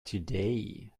today